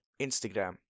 Instagram